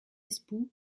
espoo